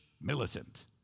militant